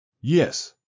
Yes